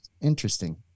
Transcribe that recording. interesting